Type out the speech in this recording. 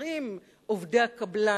נוצרים עובדי הקבלן?